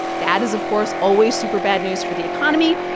that is, of course, always super bad news for the economy.